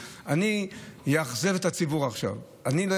קרונות,